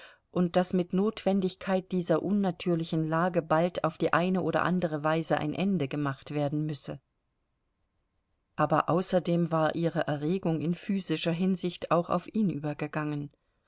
und daß mit notwendigkeit dieser unnatürlichen lage bald auf die eine oder andere weise ein ende gemacht werden müsse aber außerdem war ihre erregung in physischer hinsicht auch auf ihn übergegangen